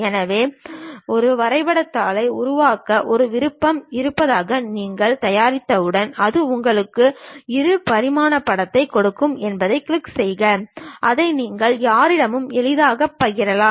எனவே ஒரு வரைபடத் தாளை உருவாக்க ஒரு விருப்பம் இருப்பதாக நீங்கள் தயாரித்தவுடன் அது உங்களுக்கு இரு பரிமாணப் படத்தைக் கொடுக்கும் என்பதைக் கிளிக் செய்க அதை நீங்கள் யாருடனும் எளிதாகப் பகிரலாம்